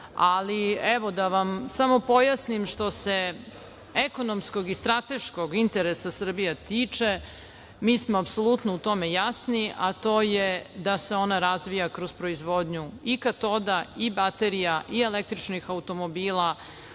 ali evo da vam samo pojasnim što se ekonomskog i strateškog interesa Srbije tiče, mi smo apsolutno u tome jasni, a to je da se ona razvija kroz proizvodnju i katoda i baterija i električnih automobila,